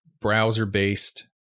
browser-based